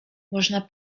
można